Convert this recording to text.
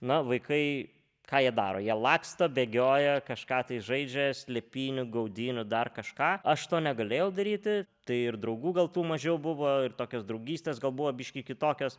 na vaikai ką jie daro jie laksto bėgioja kažką tai žaidžia slėpynių gaudynių dar kažką aš to negalėjau daryti tai ir draugų gal tų mažiau buvo ir tokios draugystės gal buvo biškį kitokios